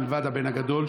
מלבד הבן הגדול,